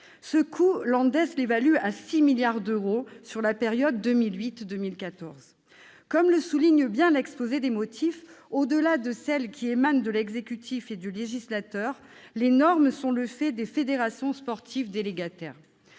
Ce coût, l'ANDES l'évalue à 6 milliards d'euros sur la période 2008-2014. Comme le souligne l'exposé des motifs, les normes émanent certes de l'exécutif et du législateur, mais sont aussi le fait des fédérations sportives délégataires.